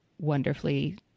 wonderfully